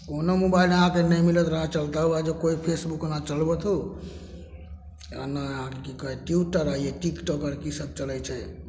कोनो मोबाइल अहाँके नहि मिलत राह चलिते हुए जे कोइ फेसबुक नहि चलबैत होउ आओर नहि आओर कि कहै ट्विटर आओर ई टिकटॉक आओर कि सब चलै छै